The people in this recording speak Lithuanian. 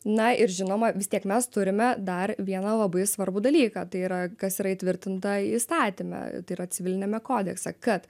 na ir žinoma vis tiek mes turime dar vieną labai svarbų dalyką tai yra kas yra įtvirtinta įstatyme tai yra civiliniame kodekse kad